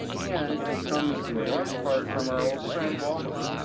and it comes in large part from our old friend, walmart,